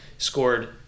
Scored